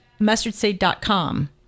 mustardseed.com